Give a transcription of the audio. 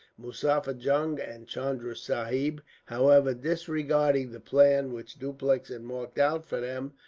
muzaffar jung and chunda sahib, however, disregarding the plan which dupleix had marked out for them,